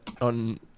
on